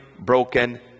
broken